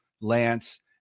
Lance